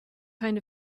kind